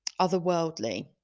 otherworldly